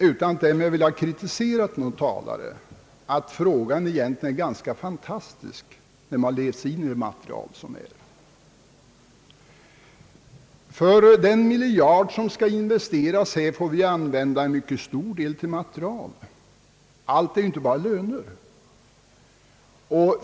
Utan att därmed vilja kritisera någon talare tycker jag, att frågan egentligen är ganska fantastisk när man läser det material som finns. Av den miljard kronor som skall investeras här får vi använda en mycket stor del till material. Allt går inte till löner.